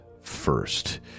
first